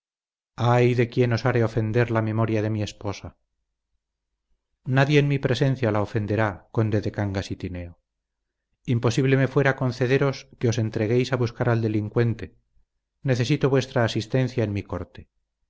ay de quien osare ofender la memoria de mi esposa nadie en mi presencia la ofenderá conde de cangas y tineo imposible me fuera concederos que os entreguéis a buscar al delincuente necesito vuestra asistencia en mi corte